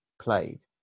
played